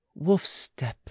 Wolfstep